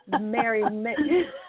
Mary